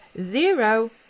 zero